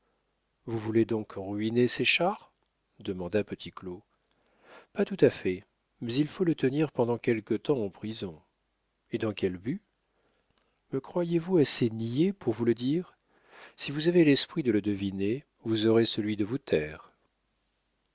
vous voulez donc ruiner séchard demanda petit claud pas tout à fait mais il faut le tenir pendant quelque temps en prison et dans quel but me croyez-vous assez niais pour vous le dire si vous avez l'esprit de le deviner vous aurez celui de vous taire